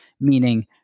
meaning